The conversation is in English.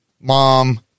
mom